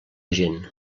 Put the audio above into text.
gent